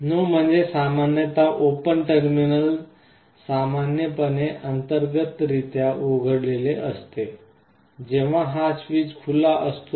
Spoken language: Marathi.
NO म्हणजे सामान्यत ओपन टर्मिनल सामान्यपणे अंतर्गत रित्या उघडलेले असते जेव्हा हा स्विच खुला असतो